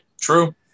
True